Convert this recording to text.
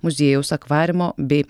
muziejaus akvariumo bei